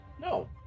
No